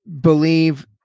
believe